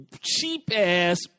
cheap-ass